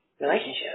relationship